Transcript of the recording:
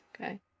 okay